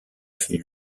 fait